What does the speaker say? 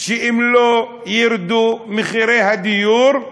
אם לא ירדו מחירי הדיור,